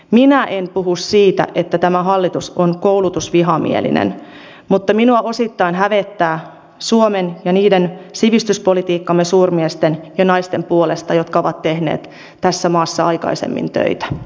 minä en puhu siitä että tämä hallitus on koulutusvihamielinen mutta minua osittain hävettää suomen ja niiden sivistyspolitiikkamme suurmiesten ja naisten puolesta jotka ovat tehneet tässä maassa aikaisemmin töitä